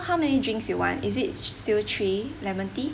how many drinks you want is it still three lemon tea